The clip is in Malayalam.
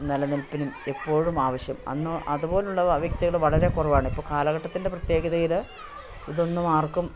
നിലനിൽപ്പിനും എപ്പോഴുമാവശ്യം അന്ന് അതുപോലെയുള്ള വ്യക്തികൾ വളരെ കുറവാണിപ്പോൾ കാലഘട്ടത്തിൻ്റെ പ്രത്യേകതയിൽ ഇതൊന്നും അർക്കും